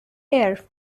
air